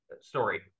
story